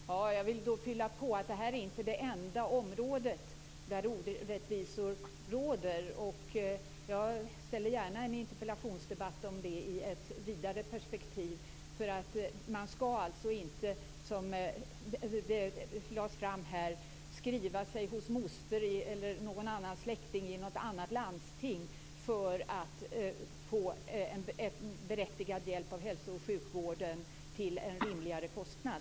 Herr talman! Då vill jag fylla på med att säga att detta inte är det enda område där orättvisor råder. Jag ställer gärna upp på en interpellationsdebatt om det i ett vidare perspektiv. Man skall inte, som det lades fram här, behöva skriva sig hos moster eller någon annan släkting i ett annat landsting för att få en berättigad hjälp av hälso och sjukvården till en rimlig kostnad.